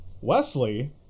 Wesley